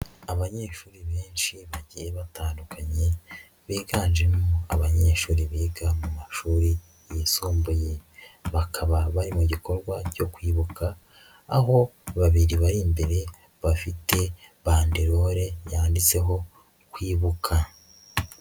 Abanyeshuri benshi bagiye batandukanye, biganjemo abanyeshuri biga mu mashuri yisumbuye, bakaba bari mu gikorwa cyo kwibuka, aho babiri bari imbere bafite bandelore yanditseho Kwibuka.